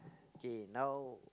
okay now